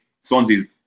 Swansea's